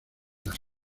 las